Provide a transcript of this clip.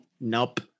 nope